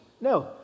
No